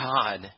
God